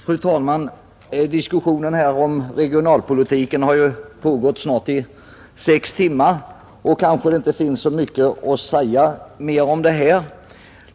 Fru talman! Diskussionen om regionalpolitiken har ju pågått i snart sex timmar, och det finns kanske inte så mycket mer att säga.